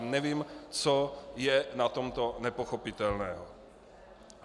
Nevím, co je na tomto nepochopitelného.